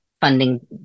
funding